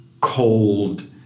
cold